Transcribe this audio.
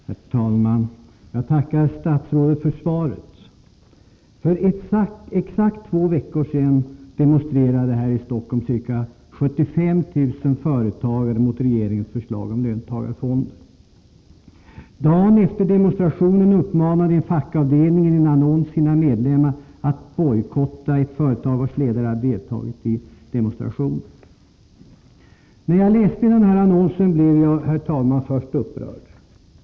Herr talman! Jag tackar statsrådet för svaret. För exakt två veckor sedan demonstrerade här i Stockholm ca 75 000 företagare mot regeringens förslag om löntagarfonder. Dagen efter demonstrationen uppmanade en fackavdelning i annons sina medlemmar att bojkotta ett företag, vars ledare hade deltagit i demonstrationen. När jag läste den här annonsen, herr talman, blev jag först upprörd.